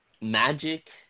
Magic